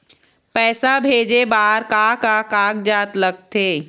पैसा भेजे बार का का कागजात लगथे?